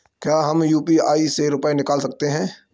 क्या हम यू.पी.आई से रुपये निकाल सकते हैं?